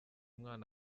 mwana